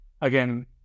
Again